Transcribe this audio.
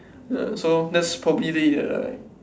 ya so that's probably the like